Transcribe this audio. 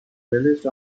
released